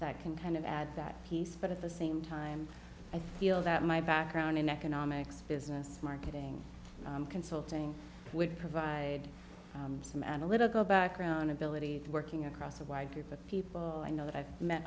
that can kind of add that piece but at the same time i feel that my background in economics business marketing consulting would provide some analytical background ability of working across a wide group of people i know that i've met